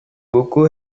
buku